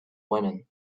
women